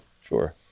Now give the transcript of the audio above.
sure